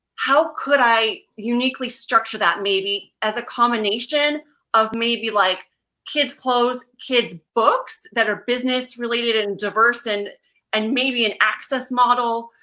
how could i uniquely structure that, maybe, as a combination of maybe like kids clothes, kids books that are business-related and diverse, and and maybe an access model?